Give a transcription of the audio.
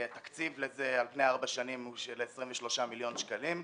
התקציב לזה על פני ארבע שנים הוא של 23 מיליון שקלים.